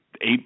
eight